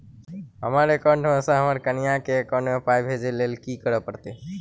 हमरा एकाउंट मे सऽ हम्मर कनिया केँ एकाउंट मै पाई भेजइ लेल की करऽ पड़त?